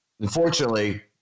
Unfortunately